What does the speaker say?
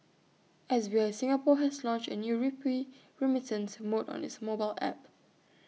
S B I Singapore has launched A new rupee remittance mode on its mobile app